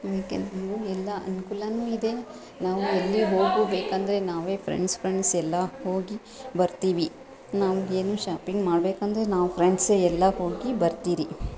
ಅದಕ್ಕೆ ನಾವು ಎಲ್ಲ ಅನುಕೂಲವೂ ಇದೆ ನಾವು ಎಲ್ಲು ಹೋಗಬೇಕೆಂದರೆ ನಾವೇ ಫ್ರೆಂಡ್ಸ್ ಫ್ರೆಂಡ್ಸ್ ಎಲ್ಲ ಹೋಗಿ ಬರ್ತೀವಿ ನಾವು ಏನು ಶಾಪಿಂಗ್ ಮಾಡ್ಬೇಕೆಂದರು ನಾವು ಫ್ರೆಂಡ್ಸ್ ಎಲ್ಲ ಹೋಗಿ ಬರ್ತೀರಿ